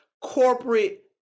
corporate